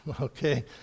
okay